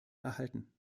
erhalten